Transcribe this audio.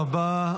תודה רבה.